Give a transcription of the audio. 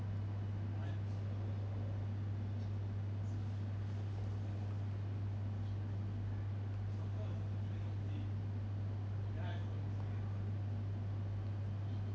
right